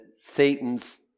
Satan's